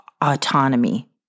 autonomy